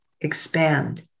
expand